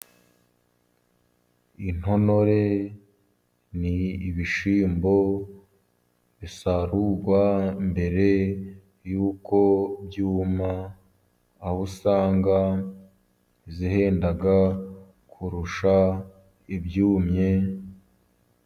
Intonore ni ibishyimbo, bisarurwa mbere y'uko byuma, aho usanga zihenda kurusha ibyumye.